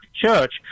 Church